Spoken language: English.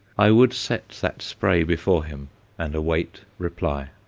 i would set that spray before him and await reply.